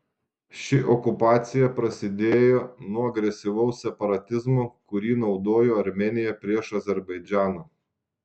ši okupacija prasidėjo nuo agresyvaus separatizmo kurį naudojo armėnija prieš azerbaidžaną